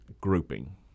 grouping